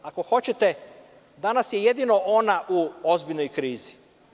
Ako hoćete, danas je jedino ona u ozbiljnoj krizi.